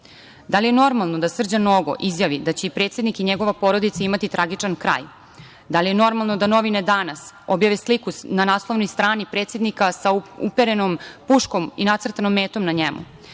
Da li je normalno da Srđan Nogo izjavi da će i predsednik i njegova porodica imati tragičan kraj? Da li je normalno da novine „Danas“ objave sliku na naslovnoj strani predsednika sa uperenom puškom i nacrtanom metom na njemu,